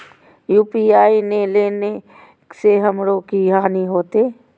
UPI ने लेने से हमरो की हानि होते?